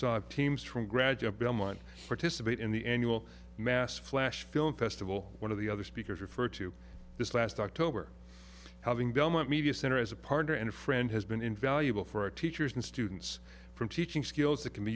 saw teams from graduate belmont participate in the end you will mass flash film festival one of the other speakers refer to this last october having belmont media center as a partner and a friend has been invaluable for our teachers and students from teaching skills that can be